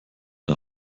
der